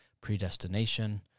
predestination